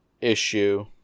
issue